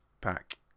pack